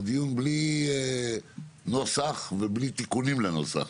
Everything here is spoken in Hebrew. הוא דיון בלי נוסח ובלי תיקונים לנוסח,